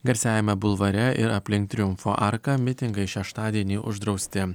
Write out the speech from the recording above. garsiajame bulvare ir aplink triumfo arką mitingai šeštadienį uždrausti